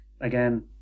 again